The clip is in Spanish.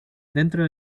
dentro